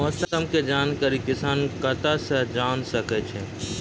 मौसम के जानकारी किसान कता सं जेन सके छै?